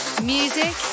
Music